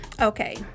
Okay